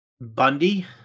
bundy